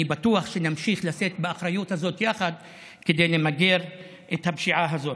אני בטוח שנמשיך לשאת באחריות הזאת יחד כדי למגר את הפשיעה הזאת.